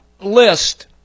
list